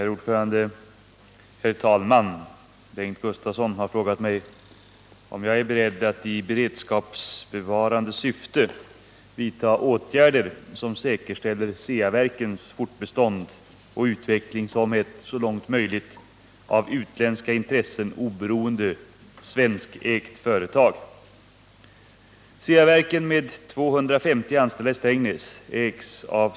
Herr talman! Bengt Gustavsson har frågat mig om jag är beredd att i beredskapsbevarande syfte vidta åtgärder som säkerställer Ceaverkens fortbestånd och utveckling som ett — så långt möjligt — av utländska intressen oberoende svenskägt företag.